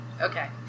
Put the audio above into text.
Okay